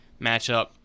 matchup